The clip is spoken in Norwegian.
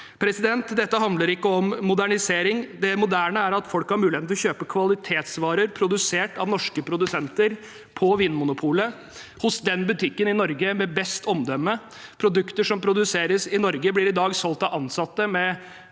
idé. Dette handler ikke om modernisering. Det moderne er at folk har muligheten til å kjøpe kvalitetsvarer produsert av norske produsenter på Vinmonopolet – hos butikken i Norge med best omdømme. Produkter som produseres i Norge, blir i dag solgt av ansatte med